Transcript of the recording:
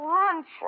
lunch